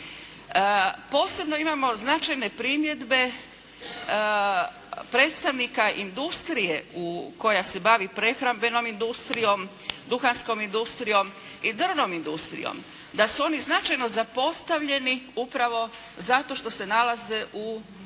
Posebno imamo značajne primjedbe predstavnika industrije u, koja se bavi prehrambenom industrijom, duhanskom industrijom i drvnom industrijom da su oni značajno zapostavljeni upravo zato što se nalaze u sektoru